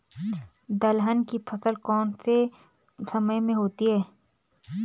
दलहन की फसल कौन से समय में होती है?